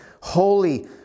Holy